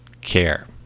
care